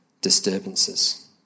disturbances